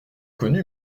connu